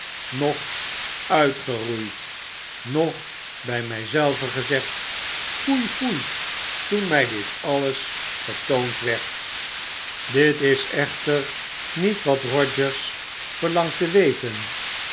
noch uitgeroeid noch by my zelven gezegd foei foei toen mij dit alles getoond werd dit is echter niet wat rogers verlangt te weten